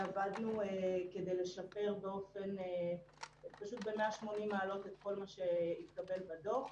ועבדנו כדי לשפר ב-180 מעלות את כל מה שהתקבל בדוח.